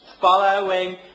following